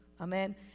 amen